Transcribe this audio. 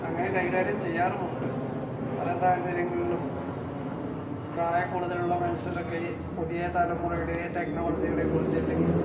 അങ്ങനെ കൈകാര്യം ചെയ്യാറുമുണ്ട് പല സാഹചര്യങ്ങളിലും പ്രായക്കൂടുതലുള്ള മനുഷ്യരക്കെ പുതിയ തലമുറയുടെ ടെക്നോളജികളെ കുറിച്ച് ആല്ലെങ്കിൽ